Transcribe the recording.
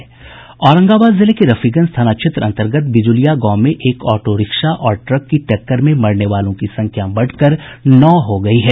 औरंगाबाद जिले के रफीगंज थाना क्षेत्र अंतर्गत बिजुलिया गांव में एक ऑटो रिक्शा और ट्रक की टक्कर में मरने वालों की संख्या बढ़कर नौ हो गयी है